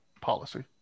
policy